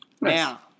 Now